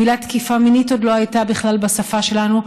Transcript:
המילים "תקיפה מינית" עוד לא היו בכלל בשפה שלנו,